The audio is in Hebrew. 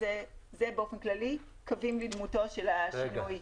זה באופן כללי קווים לדמותו של השינוי.